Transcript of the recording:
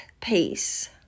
peace